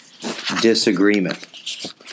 disagreement